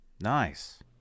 Nice